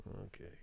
Okay